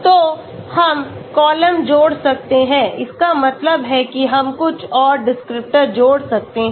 तो हम कॉलम जोड़ सकते हैं इसका मतलब है कि हम कुछ और डिस्क्रिप्टर जोड़ सकते हैं